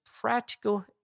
practical